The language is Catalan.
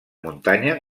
muntanya